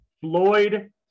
Floyd